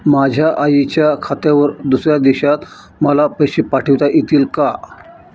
माझ्या आईच्या खात्यावर दुसऱ्या देशात मला पैसे पाठविता येतील का?